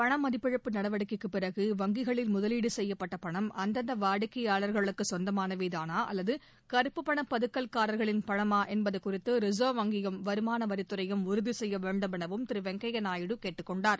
பணமதிப்பிழப்பு நடவடிக்கைக்குப் பிறகு வங்கிகளில் முதலீடு செய்யப்பட்ட பணம் அந்தந்த வாடிக்கையாளர்களுக்கு சொந்தமானவைதானா அல்லது கருப்புப்பண பதுக்கல்காரர்களின் பணமா என்பது குறித்து ரிசர்வ் வங்கியும் வருமானவரித் துறையும் உறுதி செய்ய வேண்டும் எனவும் திரு வெங்கய்ய நாயுடு கேட்டுக் கொண்டார்